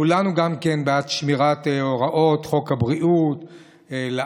כולנו גם כן בעד שמירת הוראות, חוק הבריאות לעם.